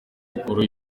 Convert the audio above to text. makuru